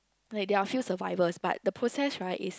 like they are few survivors but the process right is